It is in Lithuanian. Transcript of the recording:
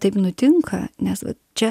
taip nutinka nes čia